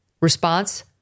response